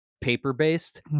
paper-based